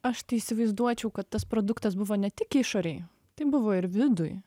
aš tai įsivaizduočiau kad tas produktas buvo ne tik išorėj tai buvo ir viduj